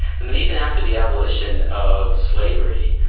and and even after the abolition of slavery,